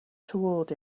toward